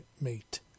mate